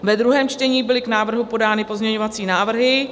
Ve druhém čtení byly k návrhu podány pozměňovací návrhy.